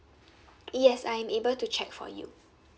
yes I'm able to check for you